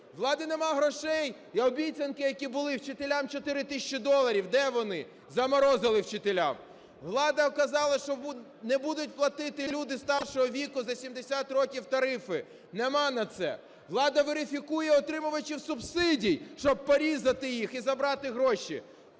влади немає грошей, і обіцянки, які були вчителям, 4 тисячі доларів, де вони? Заморозили вчителям. Влада казала, що не будуть платити люди старшого віку за 70 років тарифи. Немає на це. Влада верифікує отримувачів субсидій, щоб порізати їх і забрати гроші.